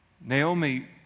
Naomi